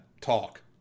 talk